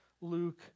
Luke